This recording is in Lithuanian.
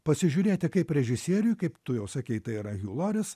pasižiūrėti kaip režisieriui kaip tu jau sakei tai yra hjū loris